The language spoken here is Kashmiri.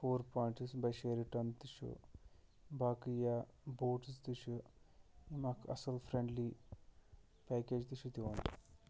فور پایِنٛٹٕس بَے شِیرِٹَن تہِ چھُ باقٕے یا بوٹٕس تہِ چھُ یِم اَکھ اَصٕل فرٛٮ۪نٛڈلی پیکیج تہِ چھِ دِوان